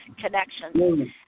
connections